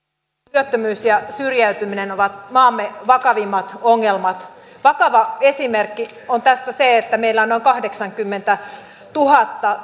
työttömyys ja syrjäytyminen ovat maamme vakavimmat ongelmat vakava esimerkki on tästä se että meillä on noin kahdeksankymmentätuhatta